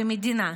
במדינה.